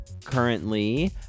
currently